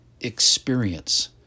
experience